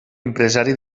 empresari